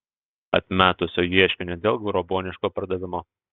atmetusio ieškinį dėl grobuoniško pardavimo